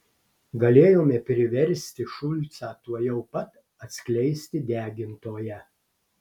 galėjome priversti šulcą tuojau pat atskleisti degintoją